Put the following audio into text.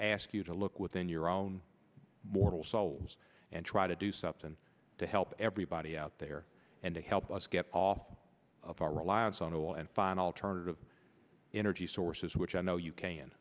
ask you to look within your own mortal souls and try to do something to help everybody out there and to help us get all of our reliance on oil and find alternative energy sources which i know you can